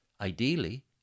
Ideally